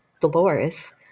Dolores